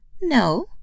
No